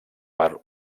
per